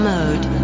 Mode